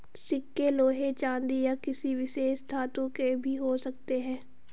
सिक्के लोहे चांदी या किसी विशेष धातु के भी हो सकते हैं